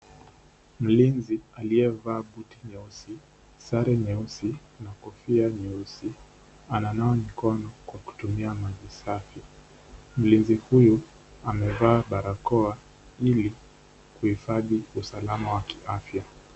Mlinzi aliyevaa buti nyeusi, sare nyeusi na kofia nyeusi ananawa mikono kwa kutumia maji safi. Mlinzi huyu amevaa barakoa ili kuhifadhi usalama wa kiafya.